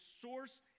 source